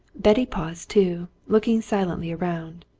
betty paused too, looking silently around.